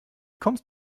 kommst